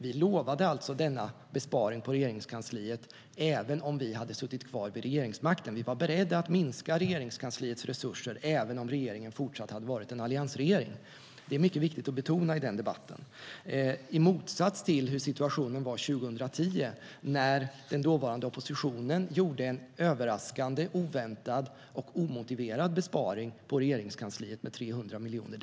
Vi lovade alltså denna besparing på Regeringskansliet även om vi hade suttit kvar vid regeringsmakten. Vi var beredda att minska Regeringskansliets resurser även om regeringen fortsatt hade varit en alliansregering. Det är mycket viktigt att betona det i debatten. Detta är alltså i motsats till hur situationen var 2010, när den dåvarande oppositionen gjorde en överraskande, oväntad och omotiverad besparing på Regeringskansliet med 300 miljoner.